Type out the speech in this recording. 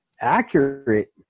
accurate